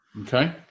okay